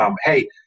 hey